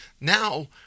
now